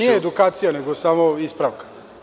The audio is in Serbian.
Nije edukacija, nego samo ispravka.